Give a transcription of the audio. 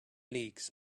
leagues